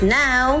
now